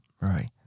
right